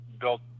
built